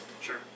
Sure